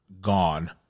gone